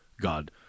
God